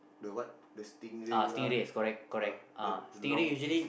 the what the stingray lah uh the long